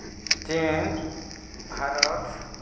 ᱪᱤᱱ ᱵᱷᱟᱨᱚᱛ